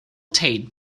tate